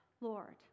Lord